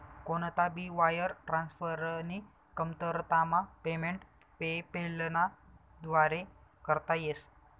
कोणता भी वायर ट्रान्सफरनी कमतरतामा पेमेंट पेपैलना व्दारे करता येस